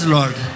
Lord